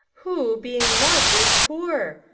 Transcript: who, being loved, is poor?